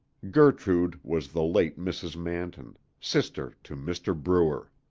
gertrude was the late mrs. manton, sister to mr. brewer.